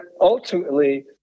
ultimately